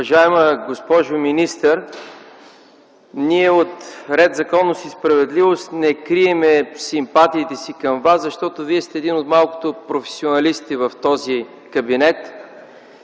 Уважаема госпожо министър, ние от „Ред, законност и справедливост” не крием симпатиите си към Вас, защото Вие сте един от малкото професионалисти в този кабинет